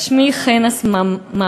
שמי חן אסמאו,